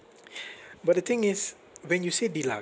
but the thing is when you say deluxe